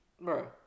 Bro